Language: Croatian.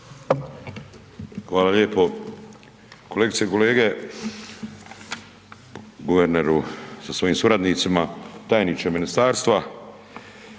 Hvala lijepo. Kolegice i kolege, guverneru sa svojim suradnicima, tajniče ministarstva,